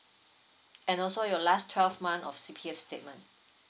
and also your last twelve month of C_P_F statement